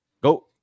Go